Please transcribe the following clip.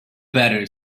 better